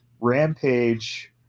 Rampage